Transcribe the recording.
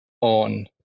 on